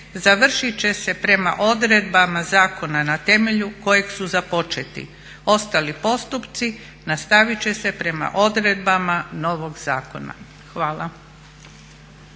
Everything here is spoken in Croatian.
završit će se prema odredbama zakona na temelju kojeg su započeti. Ostali postupci nastavit će se prema odredbama novog zakona." Hvala.